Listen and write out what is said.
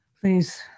Please